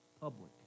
public